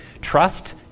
trust